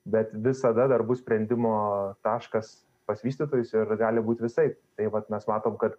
bet visada dar bus sprendimo taškas pas vystytojus ir gali būt visaip tai vat mes matom kad